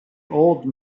old